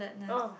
oh